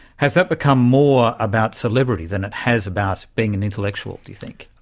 has that become more about celebrity than it has about being an intellectual, do you think?